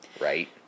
Right